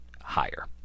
higher